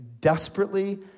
desperately